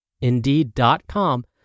Indeed.com